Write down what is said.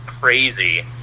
crazy